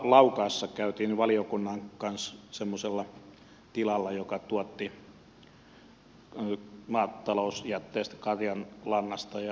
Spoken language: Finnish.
laukaassa käytiin valiokunnan kanssa semmoisella tilalla joka tuotti maatalousjätteestä karjanlannasta ja muusta biokaasua